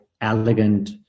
elegant